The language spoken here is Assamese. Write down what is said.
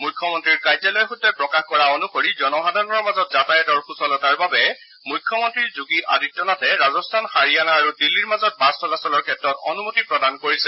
মুখ্যমন্তীৰ কাৰ্যলয়ৰ সূত্ৰই প্ৰকাশ কৰা অনুসৰি জনসাধাৰণৰ মাজত যাতায়তৰ সূচলতাৰ বাবে মুখ্যমন্নী যোগীআদিত্য নাথে ৰাজস্থান হাৰিয়ানা আৰু দিল্লীৰ মাজত বাছ চলাচলৰ ক্ষেত্ৰত অনুমতি প্ৰদান কৰিছে